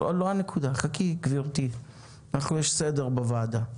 חכי, גברתי, יש סדר בוועדה.